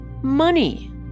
Money